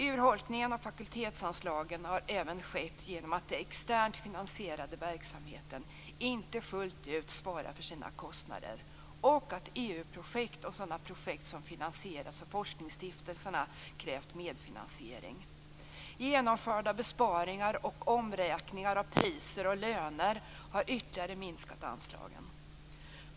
Urholkningen av fakultetsanslagen har även skett genom att den externt finansierade verksamheten inte fullt ut svarar för sina kostnader och att EU-projekt och sådana projekt som finansieras av forskningsstiftelserna krävt medfinansiering. Genomförda besparingar och omräkningar av priser och löner har ytterligare minskat anslagen.